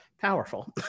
powerful